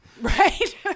Right